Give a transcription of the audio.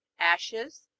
ashes,